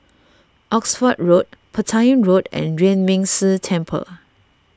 Oxford Road Petain Road and Yuan Ming Si Temple